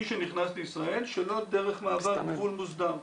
מי שנכנס לישראל שלא דרך מעבר גבול מוסדר,